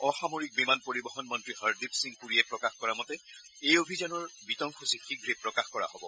অসামৰিক বিমান পৰিবহন মন্ত্ৰী হৰদ্বীপ সিং পুৰীয়ে প্ৰকাশ কৰা মতে এই অভিযানৰ বিতং সূচী শীঘে প্ৰকাশ কৰা হ'ব